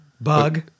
Bug